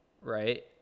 right